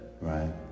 right